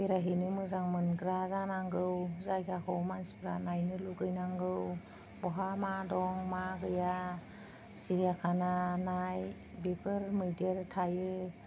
बेरायहैनो मोजां मोनग्रा जानांगौ जायगाखौ मानसिफ्रा नायनो लुगैनांगौ बहा मा दं मा गैया सिरियाखाना नाय बेफोर मैदेर थायो